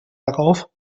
darauf